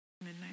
Midnight